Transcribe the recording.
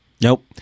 Nope